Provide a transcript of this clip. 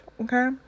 Okay